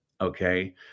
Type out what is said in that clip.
Okay